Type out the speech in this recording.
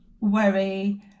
worry